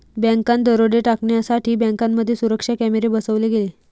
बँकात दरोडे टाळण्यासाठी बँकांमध्ये सुरक्षा कॅमेरे बसवले गेले